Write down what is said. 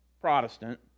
Protestant